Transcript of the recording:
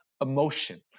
emotion